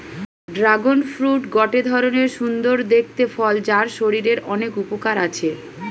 dragon fruit গটে ধরণের সুন্দর দেখতে ফল যার শরীরের অনেক উপকার আছে